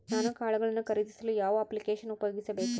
ನಾನು ಕಾಳುಗಳನ್ನು ಖರೇದಿಸಲು ಯಾವ ಅಪ್ಲಿಕೇಶನ್ ಉಪಯೋಗಿಸಬೇಕು?